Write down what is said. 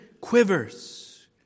quivers